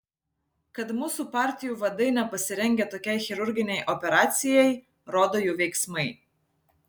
kad mūsų partijų vadai nepasirengę tokiai chirurginei operacijai rodo jų veiksmai